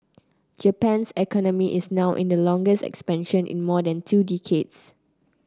Japan's economy is now in the longest expansion in more than two decades